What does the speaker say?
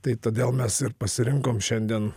tai todėl mes ir pasirinkom šiandien